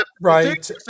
right